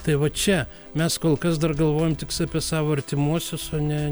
tai va čia mes kol kas dar galvojam tiks apie savo artimuosius o ne